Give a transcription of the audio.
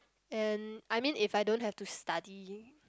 and I mean if I don't have to study